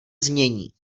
znění